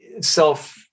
self-